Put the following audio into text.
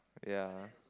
ya